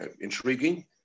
intriguing